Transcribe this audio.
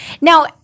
Now